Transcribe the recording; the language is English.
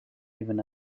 even